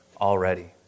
already